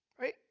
Right